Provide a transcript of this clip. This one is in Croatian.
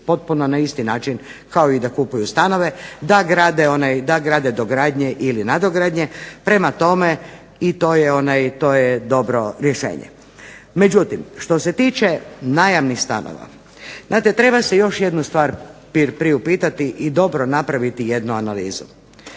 potpuno na isti način kao i da kupuju stanove, da grade dogradnje ili nadogradnje. Prema tome, i to je dobro rješenje. Međutim, što se tiče najamnih stanova, znate treba se još jednu stvar priupitati i dobro napraviti jednu analizu.